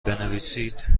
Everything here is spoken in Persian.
بنویسید